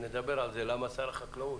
נדבר על זה למה שר החקלאות,